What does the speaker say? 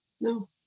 No